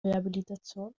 rehabilitation